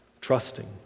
trusting